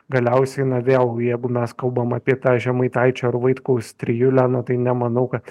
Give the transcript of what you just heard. galiausiai na vėl jeigu mes kalbam apie tą žemaitaičio ar vaitkaus trijulę na tai nemanau kad